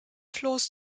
floß